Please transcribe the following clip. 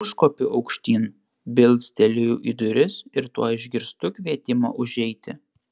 užkopiu aukštyn bilsteliu į duris ir tuoj išgirstu kvietimą užeiti